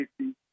safety